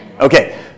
Okay